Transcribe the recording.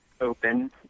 open